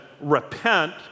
repent